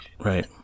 Right